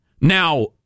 Now